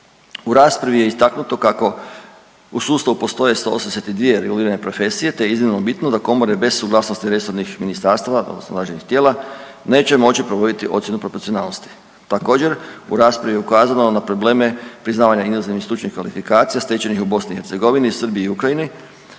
U raspravi je istaknuto kako u sustavu postoje 182 regulirane profesije te je iznimno bitno da komore bez suglasnosti resornih ministarstva odnosno nadležnih tijela neće moći provoditi ocjenu proporcionalnosti. Također, u raspravi je ukazano na probleme priznavanja inozemnih stručnih kvalifikacija stečenih u BiH, Srbiji i Ukrajini